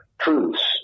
truths